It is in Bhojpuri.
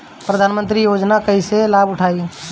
प्रधानमंत्री योजना के कईसे लाभ उठाईम?